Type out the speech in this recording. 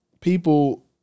people